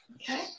okay